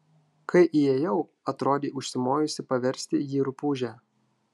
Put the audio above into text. kai įėjau atrodei užsimojusi paversti jį rupūže